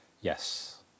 Yes